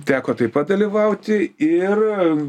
teko taip pat dalyvauti ir